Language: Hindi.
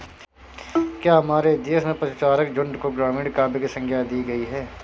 क्या हमारे देश में पशुचारक झुंड को ग्रामीण काव्य की संज्ञा दी गई है?